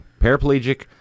Paraplegic